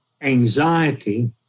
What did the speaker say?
Anxiety